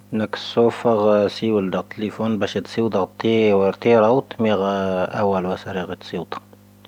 ⵏⴰⴽⵙoⴼⴰⵔ ⵙⵉⵡⴻⵍ ⴷⴰ ⵜⵍⵉⴼoⵏ ⴱⴰⵙⵀⴻ ⵜⵙⵉⵡⴷⴰ ⴰⵜⵜⴻ. ⵡⴰ ⵔⵜⴻ ⵔⴰoⵓⵜ ⵎⴻⵔⴻ ⴰⵡⴰ ⴰⵍⵡⴰ ⵙⴰⵔⵉⴰ ⴳⵀⴻ ⵜⵙⵉⵡⵜⴰ.